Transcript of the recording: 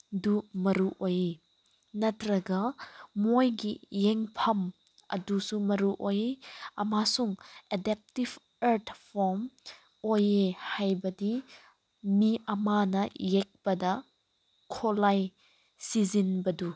ꯗꯨ ꯃꯔꯨ ꯑꯣꯏ ꯅꯠꯇ꯭ꯔꯒ ꯃꯣꯏꯒꯤ ꯌꯦꯡꯐꯝ ꯑꯗꯨꯁꯨ ꯃꯔꯨ ꯑꯣꯏ ꯑꯃꯁꯨꯡ ꯑꯦꯗꯦꯞꯇꯤꯕ ꯑꯔꯠ ꯐꯣꯝ ꯑꯣꯏꯌꯦ ꯍꯥꯏꯕꯗꯤ ꯃꯤ ꯑꯃꯅ ꯌꯦꯛꯄꯗ ꯈꯨꯠꯂꯥꯏ ꯁꯤꯖꯤꯟꯅꯕꯗꯨ